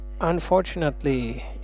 unfortunately